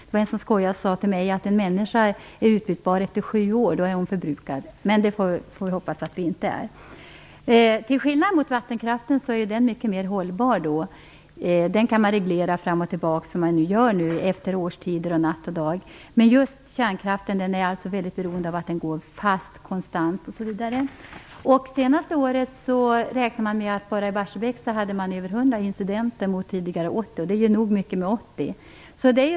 Det var en som skojade med mig och sade att en människa är utbytbar efter sju år. Då är hon förbrukad. Men vi får hoppas att det inte är så. Vattenkraften är mycket mer hållbar. Den kan man reglera fram och tillbaka efter årstider, natt och dag; det gör man också. Men kärnkraften måste gå konstant. Under det senaste året räknar man med att det bara i Barsebäck skedde över 100 incidenter jämfört med 80 tidigare år. Det är tillräckligt mycket med 80 incidenter.